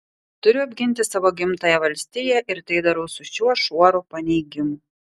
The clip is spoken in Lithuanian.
turiu apginti savo gimtąją valstiją ir tai darau su šiuo šuoru paneigimų